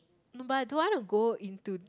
no but I don't want to go into